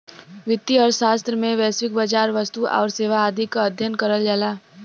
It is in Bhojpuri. वित्तीय अर्थशास्त्र में वैश्विक बाजार, वस्तु आउर सेवा आदि क अध्ययन करल जाला